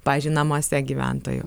pavyzdžiui namuose gyventojų